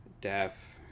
deaf